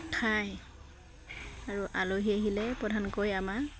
খায় আৰু আলহী আহিলে প্ৰধানকৈ আমাৰ